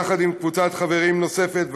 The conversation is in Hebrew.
יחד עם קבוצת חברים נוספת,